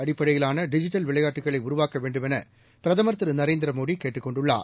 அடிப்படையிலான டிஜிட்டல் விளையாட்டுகளை உருவாக்க வேண்டுமென பிரதமர் திருநரேந்திரமோடி கேட்டுக் கொண்டுள்ளார்